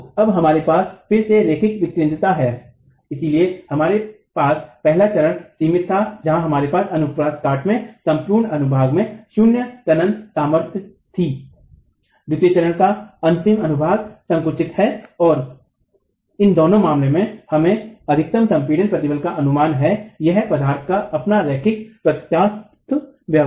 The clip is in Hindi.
तो अब हमारे पास फिर से रैखिक विकेन्द्रता है लेकिन हमारे पास पहला चरण सीमित था जहां हमारे पास अनुप्रस्थ काट के सम्पूर्ण अनुभाग में शून्य तनन सामर्थ्य था द्वितीय चरण का आंशिक अनुभाग संकुचित है और इन दोनों मामलों में हमें अधिकतम संपीडन प्रतिबल का अनुमान है यह पदार्थ का अपना रैखिक प्रत्यास्थ व्यवहार है